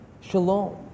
Shalom